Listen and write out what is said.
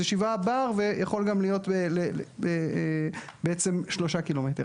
זה 7 בר ויכול להיות גם בעצם 3 ק"מ.